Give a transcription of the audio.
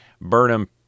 Burnham